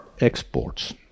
exports